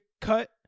cut